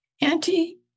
Auntie